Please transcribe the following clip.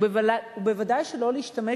ובוודאי שלא להשתמש